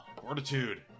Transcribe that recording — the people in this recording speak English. Fortitude